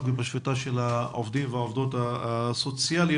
ובשביתת העובדים והעובדות הסוציאליים.